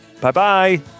Bye-bye